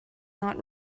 not